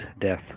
death